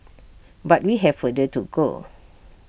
but we have further to go